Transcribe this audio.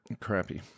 Crappy